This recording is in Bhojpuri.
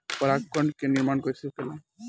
पराग कण क निर्माण कइसे होखेला?